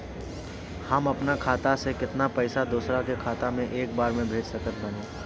हम अपना खाता से केतना पैसा दोसरा के खाता मे एक बार मे भेज सकत बानी?